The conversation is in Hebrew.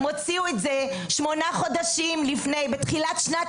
הן הוציאו את זה שמונה חודשים לפני; בתחילת שנת